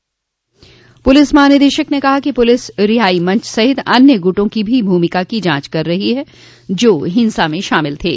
police महानिदेशक ने कहा कि पुलिस रिहाई मंच सहित अन्य गुटों की भी भूमिका की जांच कर रही है जो हिंसा में शामिल थे